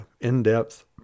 in-depth